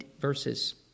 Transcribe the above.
verses